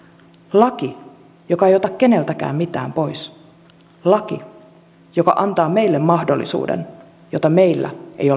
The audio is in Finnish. laki joka ei ota keneltäkään mitään pois laki joka antaa meille mahdollisuuden jota meillä ei